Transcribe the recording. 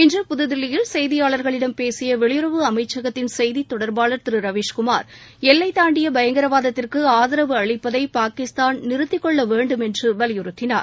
இன்று புதுதில்லியில் செய்தியாளர்களிடம் பேசிய வெளியுறவு அமைச்சகத்தின் செய்தித் தொடர்பாளர் திரு ரவிஷ் குமார் எல்லை தாண்டிய பயங்கரவாதத்திற்கு ஆரவு அளிப்பதை பாகிஸ்தான் நிறுத்திக்கொள்ள வேண்டும் என்று வலியுறுத்தினார்